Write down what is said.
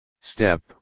Step